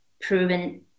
proven